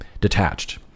detached